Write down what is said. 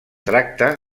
tracta